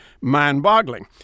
mind-boggling